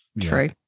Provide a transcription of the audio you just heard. True